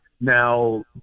Now